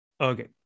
Okay